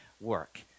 work